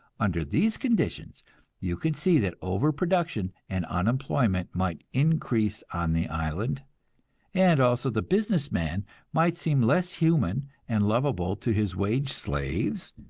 under these conditions you can see that overproduction and unemployment might increase on the island and also the business man might seem less human and lovable to his wage slaves,